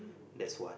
that's one